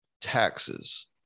taxes